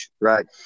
Right